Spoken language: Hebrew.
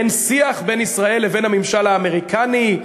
אין שיח בין ישראל לבין הממשל האמריקני,